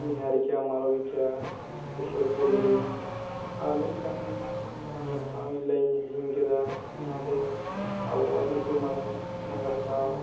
ᱱᱤᱦᱟᱨᱤᱠᱟ ᱢᱟᱞᱚᱵᱤᱠᱟ ᱠᱩᱥᱚᱞ ᱯᱚᱞᱞᱤ ᱟᱨ ᱢᱤᱫᱴᱟᱝ ᱥᱟᱸᱜᱷᱟᱨ ᱴᱷᱟᱶᱤᱧ ᱞᱟᱹᱭᱤᱧ ᱦᱤᱲᱤᱧ ᱠᱮᱫᱟ ᱚᱱᱟᱫᱚ ᱟᱵᱚᱣᱟᱜ ᱧᱩᱛᱩᱢᱟᱱ ᱥᱟᱸᱜᱷᱟᱨ ᱴᱷᱟᱶ